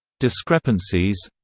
discrepancies